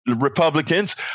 Republicans